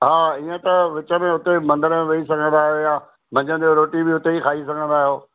हा ईअं त विच में उते मंदर में वेही सघंदा आहियो या मंझंदि जो रोटी बि उते खाई सघंदा आहियो